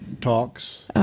talks